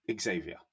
Xavier